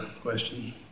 question